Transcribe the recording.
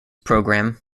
program